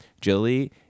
Jilly